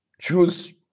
choose